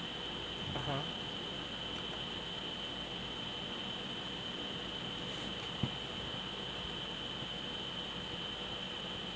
(uh huh)